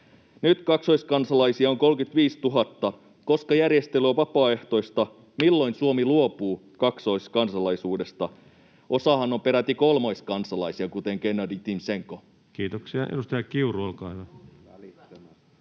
Nyt kaksoiskansalaisia on 35 000, koska järjestely on vapaaehtoista. Milloin Suomi luopuu kaksoiskansalaisuudesta? Osahan on peräti kolmoiskansalaisia, kuten Gennadi Timtšenko. [Speech 59] Speaker: Ensimmäinen